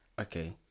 Okay